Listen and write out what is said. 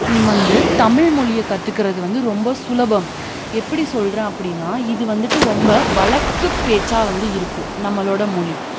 வந்து தமிழ் மொழியை கற்றுக்கறது வந்து ரொம்ப சுலபம் எப்படி சொல்கிறன் அப்படின்னா இது வந்துட்டு ரொம்ப வழக்குப் பேச்சாக இருக்கும் நம்மளோடய மொழி